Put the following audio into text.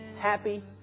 happy